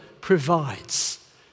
provides